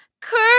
Curved